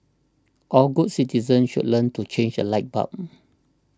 all good citizens should learn to change a light bulb